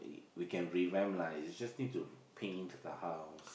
we can revamp like just need to paint to the house